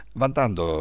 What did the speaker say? vantando